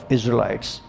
Israelites